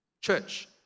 Church